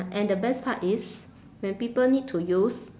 and the best part is when people need to use